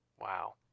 Wow